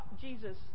Jesus